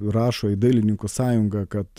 rašo į dailininkų sąjungą kad